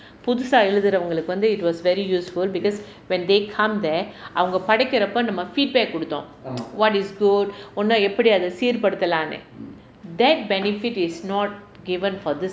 புதுசா எழுதுறவொண்களுக்கு வந்து:puthusaa eluthuravongalukku vanthu it was very useful because when they come there அவங்க படிக்கிறப்போ நம்ம:avanga padikkirappo namma feedback கொடுத்தோம்:koduthom what is good or இன்னும் எப்படி அதை சீர் படுத்தலாம்ன்னு:innum eppadi athai seer paduthalaamnnu that benefit is not given for this